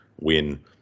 win